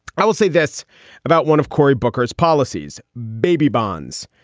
i will say this about one of cory booker's policies, baby bonds.